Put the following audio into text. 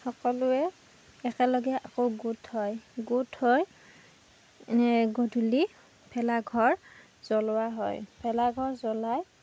সকলোৱে একেলগে আকৌ গোট হয় গোট হৈ এনেই গধূলি ভেলাঘৰ জ্বলোৱা হয় ভেলাঘৰ জ্বলাই